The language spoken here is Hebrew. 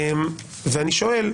ואני שואל,